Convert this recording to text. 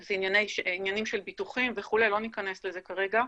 זה עניינים של ביטוחים וכו', לא ניכנס לזה כרגע,